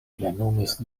plenumis